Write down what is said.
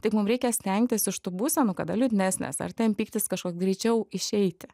taip mum reikia stengtis iš tų būsenų kada liūdnesnės ar ten pyktis kažkoks greičiau išeiti